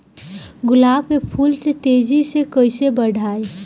गुलाब के फूल के तेजी से कइसे बढ़ाई?